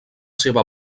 seva